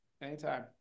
Anytime